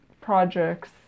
projects